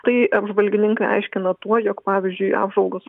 tai apžvalgininkai aiškina tuo jog pavyzdžiui apžvalgos